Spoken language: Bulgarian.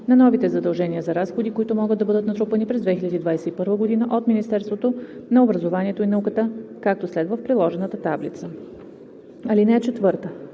на новите задължения за разходи, които могат да бъдат натрупани през 2021 г. от Министерството на образованието и науката, както следва в приложената таблица. (4) Определя